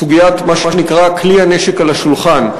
סוגיית מה שנקרא "כלי הנשק על השולחן".